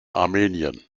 armenien